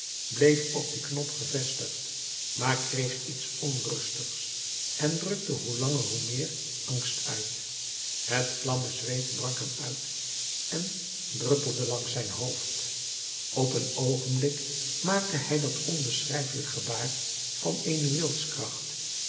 bleef op dien knop gevestigd maar kreeg iets onrustigs en drukte hoe langer hoe meer angst uit het klamme zweet brak hem uit en druppelde langs zijn hoofd op een oogenblik maakte hij dat onbeschrijfelijk gebaar van eene wilskracht